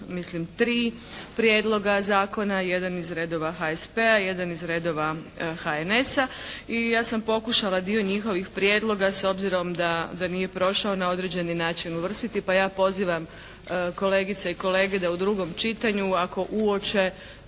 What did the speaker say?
mislim tri prijedloga zakona. Jedan iz redova HSP-a, jedan iz redova HNS-a. I ja sam pokušala dio njihovih prijedloga s obzirom da nije prošao na određeni način uvrstiti, pa ja pozivam kolegice i kolege da u drugom čitanju, ako uoče